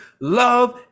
love